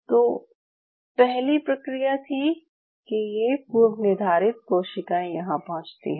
तो पहली प्रक्रिया थी कि ये पूर्वनिर्धारित कोशिकाएँ यहाँ पहुँचती हैं